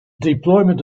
deployment